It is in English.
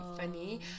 funny